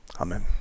amen